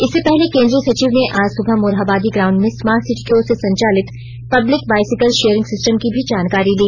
इससे पहले केन्द्रीय सचिव ने आज सुबह मोरहाबादी ग्राउंड में स्मार्ट सिटी की ओर से संचालित पब्लिक बाइसिकल शेयरिंग सिस्टम की भी जानकारी ली